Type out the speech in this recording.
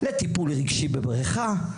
לטיפול רגשי בבריכה.